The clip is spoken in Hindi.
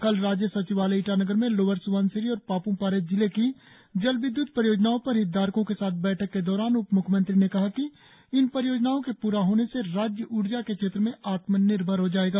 कल राज्य सचिवालय ईटानगर में लोअर स्बनसिरी और पाप्मपारे जिले की जल विद्य्त परियोजनाओं पर हितधारकों के साथ बैठक के दौरान उप म्ख्यमंत्री ने कहा कि इन परियोजनाओं के पूरा होने से राज्य ऊर्जा के क्षेत्र में आत्मनिर्भर हो जाएगा